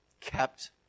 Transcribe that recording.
kept